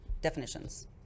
definitions